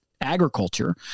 agriculture